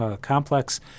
complex